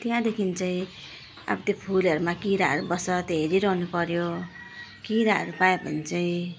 त्यहाँदेखि चाहिँ अब त्यो फुलहरूमा किराहरू बस्छ त्यो हेरिरहनु पर्यो किराहरू पायो भने चाहिँ